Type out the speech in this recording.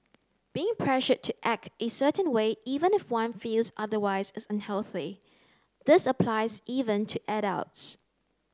being pressured to act a certain way even if one feels otherwise is unhealthy this applies even to adults